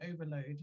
overload